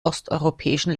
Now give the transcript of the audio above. osteuropäischen